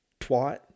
twat